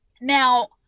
Now